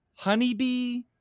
honeybee